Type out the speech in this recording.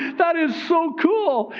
that is so cool.